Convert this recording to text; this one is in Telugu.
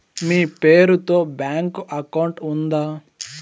మీ పేరు తో బ్యాంకు అకౌంట్ ఉందా?